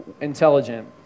intelligent